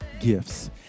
gifts